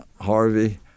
Harvey